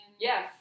Yes